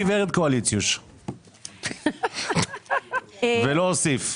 זה בדיוק גברת קואליציוש ולא אוסיף.